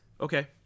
Okay